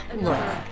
Look